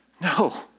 No